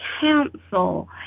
council